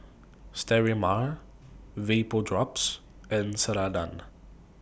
Sterimar Vapodrops and Ceradan